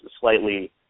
slightly